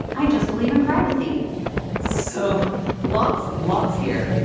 i just believe in privacy so lots lots here.